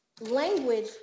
language